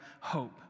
hope